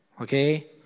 Okay